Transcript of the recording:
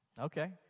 Okay